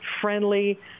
friendly